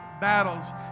battles